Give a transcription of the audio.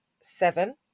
seven